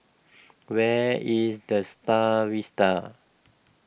where is the Star Vista